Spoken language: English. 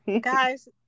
guys